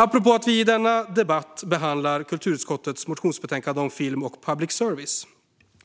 Apropå att vi i denna debatt behandlar kulturutskottets motionsbetänkande om film och public service